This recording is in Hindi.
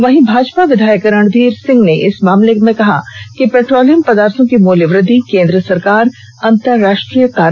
वहीं भाजपा विधायक रणधीर सिंह ने इस मामले में कहा कि पेट्रोलियम पदार्थो की मूल्य वृद्धि केंद्र सरकार अंतरराष्ट्रीय कारणों से करती है